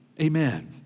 Amen